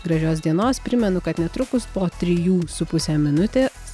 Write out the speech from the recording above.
gražios dienos primenu kad netrukus po trijų su puse minutės